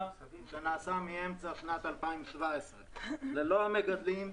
שנעשה מאמצע שנת 2017. לולא המגדלים,